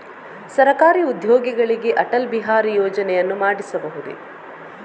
ಸರಕಾರಿ ಉದ್ಯೋಗಿಗಳಿಗೆ ಅಟಲ್ ಬಿಹಾರಿ ಯೋಜನೆಯನ್ನು ಮಾಡಿಸಬಹುದೇ?